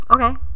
Okay